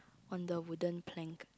on the wooden plank